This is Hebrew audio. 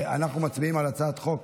אנחנו מצביעים על הצעת חוק